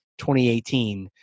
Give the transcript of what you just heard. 2018